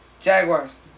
Jaguars